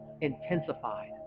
intensified